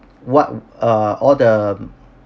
what uh all the